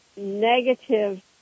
negative